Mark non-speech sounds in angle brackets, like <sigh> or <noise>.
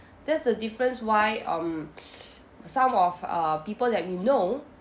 that's the difference why um <breath> some of uh people that we know